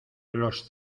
los